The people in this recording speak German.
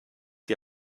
die